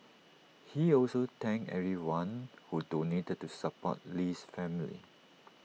he also thanked everyone who donated to support Lee's family